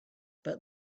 but